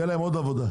תהיה להם עוד עבודה.